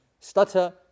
Stutter